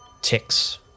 ticks